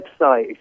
website